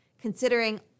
considering